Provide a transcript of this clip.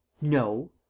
No